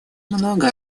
много